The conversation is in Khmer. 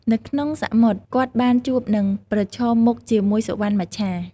នៅក្នុងសមុទ្រ គាត់បានជួបនឹងប្រឈមមុខជាមួយសុវណ្ណមច្ឆា។